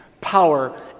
power